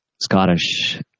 Scottish